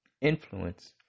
Influence